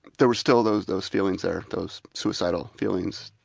there was still those those feelings there, those suicidal feelings,